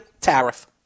tariff